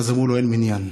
ואז אמרו לו: אין מניין.